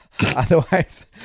Otherwise